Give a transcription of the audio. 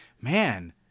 man